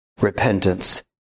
repentance